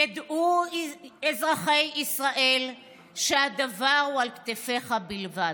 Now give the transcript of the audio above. ידעו אזרחי ישראל שהדבר הוא על כתפיך בלבד.